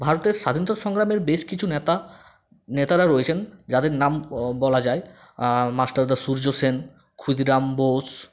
ভারতের স্বাধীনতা সংগ্রামের বেশ কিছু নেতা নেতারা রয়েছেন যাদের নাম বলা যায় মাস্টারদা সূর্য সেন ক্ষুদিরাম বোস